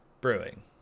brewing